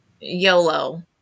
YOLO